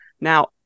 Now